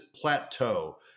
plateau